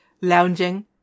lounging